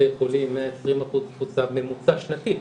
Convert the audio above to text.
בתי חולים עם 120% תפוסה בממוצע שנתי,